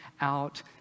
out